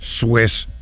Swiss